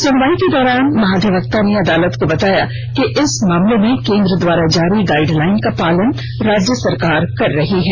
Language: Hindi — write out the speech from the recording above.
सुनवाई के दौरान महाधिवक्ता ने अदालत को बताया कि इस मामले में केंद्र द्वारा जारी गाइडलाइन का पालन राज्य सरकार कर रही है